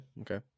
Okay